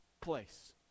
place